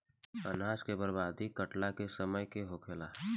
अनाज के बर्बादी फसल के काटला के समय होखेला